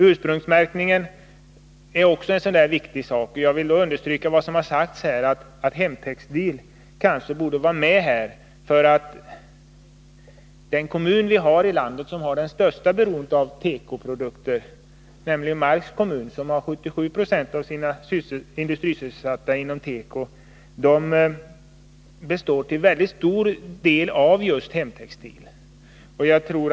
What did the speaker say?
Ursprungsmärkningen är också en viktig sak. Jag vill understryka vad som här sagts, nämligen att hemtextil kanske borde omfattas av detta krav. Den kommun i landet som har det största beroendet av tekoprodukter är Marks kommun. Den har 77 96 av sina industrisysselsatta inom tekoindustrin, och industrierna där består till mycket stor del av just hemtextilindustrier.